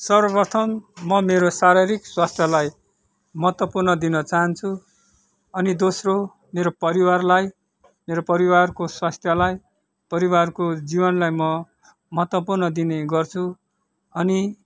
सर्वप्रथम म मेरो शारीरिक स्वास्थ्यलाई महत्त्वपूर्ण दिन चाहन्छु अनि दोस्रो मेरो परिवारलाई मेरो परिवारको स्वास्थ्यलाई परिवारको जीवनलाई म महत्त्वपूर्ण दिने गर्छु अनि